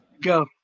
Go